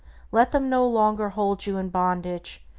let them no longer hold you in bondage,